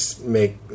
make